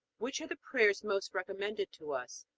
which are the prayers most recommended to us?